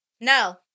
No